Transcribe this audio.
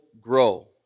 grow